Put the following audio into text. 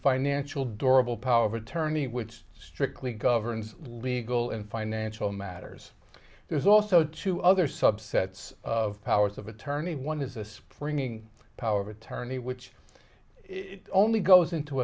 financial durable power of attorney which strictly governs legal and financial matters there's also two other subsets of powers of attorney one is the springing power of attorney which only goes into